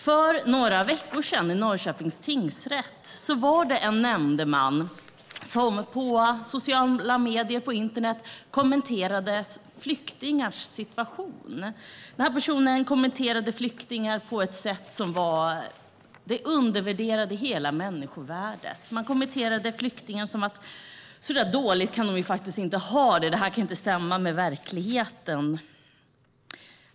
För några veckor sedan var det en nämndeman i Norrköpings tingsrätt som på sociala medier kommenterade flyktingars situation. Den här personen kommenterade flyktingar på ett sätt som undervärderade hela människovärdet. Nämndemannen kommenterade: Så där dåligt kan de faktiskt inte ha det. Det kan inte stämma med verkligheten!